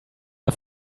der